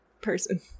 person